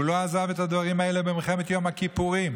הוא לא עזב את הדברים האלה במלחמת יום הכיפורים,